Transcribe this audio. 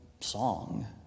song